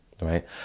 right